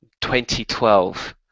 2012